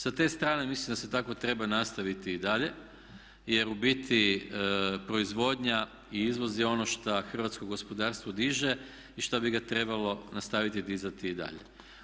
Sa te strane mislim da se tako treba nastaviti i dalje jer u biti proizvodnja i izvoz je ono šta hrvatsko gospodarstvo diže i šta bi ga trebalo nastaviti dizati i dalje.